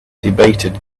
debated